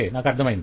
నాకు అర్ధమైంది